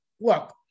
look